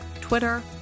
Twitter